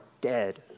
dead